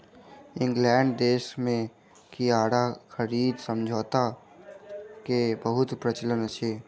England देश में किराया खरीद समझौता के बहुत प्रचलन अछि